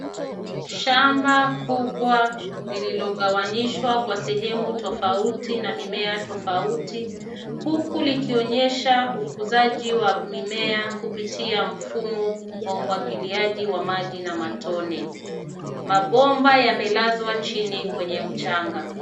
Shamba kubwa lililogawanyishwa kwa sehemu tofauti na mimea tofauti, huku likionyesha ukusaji wa mimea kupitia mfumo wa umwagiliaji wa maji na matone. Mabomba yamelazwa chini kwenye mchanga.